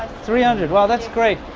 three hundred well that's great.